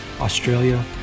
Australia